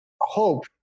hope